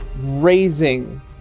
raising